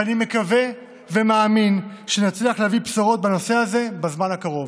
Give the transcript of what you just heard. ואני מקווה ומאמין שנצליח להביא בשורות בנושא הזה בזמן הקרוב.